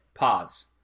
Pause